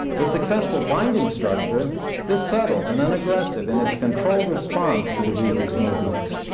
a successful binding structure is subtle and unaggressive in its controlled response to the reader's movements.